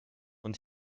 und